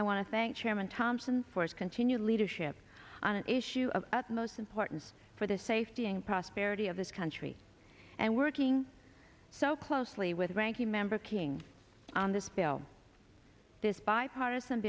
i want to thank chairman thompson for his continued leadership on an issue of utmost importance for the safety and prosperity of this country and working so closely with the ranking member king on this bill this bipartisan